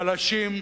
חלשים,